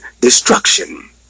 destruction